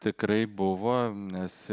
tikrai buvo nes